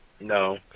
No